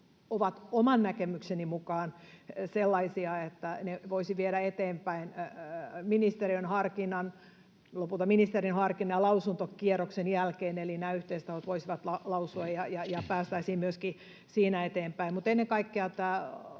ovat oman näkemykseni mukaan sellaisia, että ne voisi viedä eteenpäin ministeriön harkinnan, lopulta ministerin harkinnan ja lausuntokierroksen jälkeen, eli nämä yhteistahot voisivat lausua ja päästäisiin myöskin siinä eteenpäin. Mutta ennen kaikkea tämä